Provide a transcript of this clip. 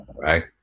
Right